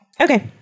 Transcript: Okay